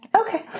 Okay